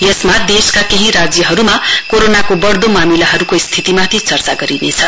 यसमा देशका केही राज्यहरूमा कोरोनाको बढ्दो मामिलाहरूको स्थितिमाथि चर्चा गरिनेछ